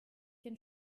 den